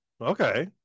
okay